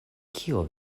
kio